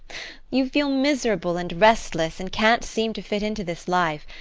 you feel miserable and restless, and can't seem to fit into this life,